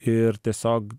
ir tiesiog